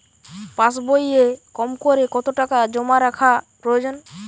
পাশবইয়ে কমকরে কত টাকা জমা রাখা প্রয়োজন?